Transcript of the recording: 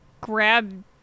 grab